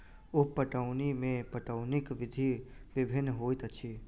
उप पटौनी मे पटौनीक विधि भिन्न होइत अछि